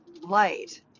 light